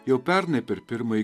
jau pernai per pirmąjį